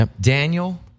Daniel